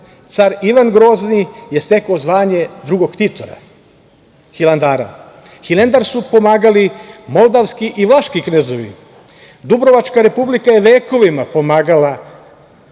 Car Ivan Grozni je stekao zvanje drugog ktitora Hilandara. Hilandar su pomagali moldavski i vlaški knezovi. Dubrovačka republika je vekovima pomagala